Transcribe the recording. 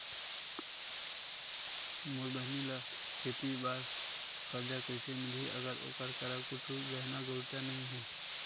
मोर बहिनी ला खेती बार कर्जा कइसे मिलहि, अगर ओकर करा कुछु गहना गउतरा नइ हे?